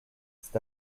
c’est